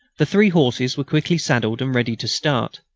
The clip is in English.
the three horses were quickly saddled and ready to start.